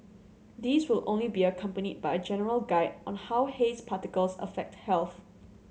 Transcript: these will only be accompanied by a general guide on how haze particles affect health